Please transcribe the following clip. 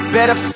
Better